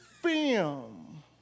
film